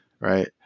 right